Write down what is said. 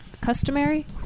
customary